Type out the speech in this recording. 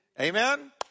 Amen